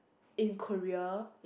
in Korea